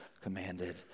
commanded